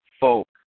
folk